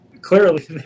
Clearly